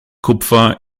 kupfer